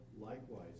likewise